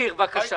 ניר, בבקשה.